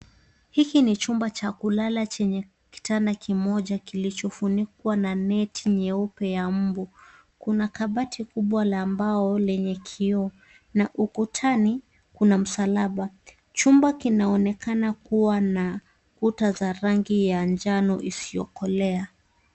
Hiki ni chumba cha kulala chenye kitanda kimoja kilichofunikwa na neti nyeupe ya mbu. Kuna kabati kubwa la mbao lenye kioo na ukutani, kuna msalaba. Chumba kinaonekana kuwa na kuta za rangi ya njano isiyokolea.